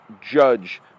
judge